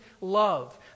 love